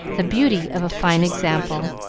the beauty of a fine example.